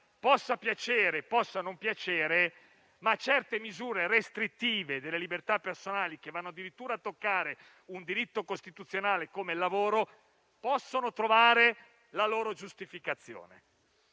possa piacere o meno - certe misure restrittive della libertà personale, che vanno addirittura a toccare un diritto costituzionale come quello al lavoro, possono trovare la loro giustificazione.